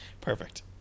perfect